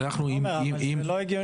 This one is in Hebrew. תומר, זה לא הגיוני.